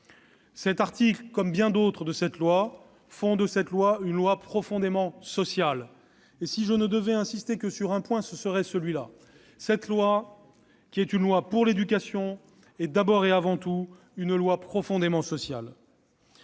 Cet article, comme bien d'autres, fait de ce texte une loi profondément sociale. D'ailleurs, si je ne devais insister que sur un point, ce serait celui-là. Cette loi, qui est une loi pour l'éducation, est d'abord et avant tout une loi profondément sociale.